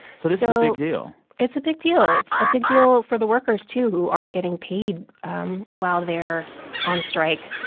so this is a big deal it's a big deal. it's a big deal for the workers, too, who aren't getting paid um while they're on strike.